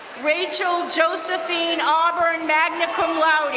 rachel josephine auburn, magna cum laude.